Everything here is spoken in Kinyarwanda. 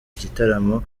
gitaramo